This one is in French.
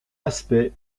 aspect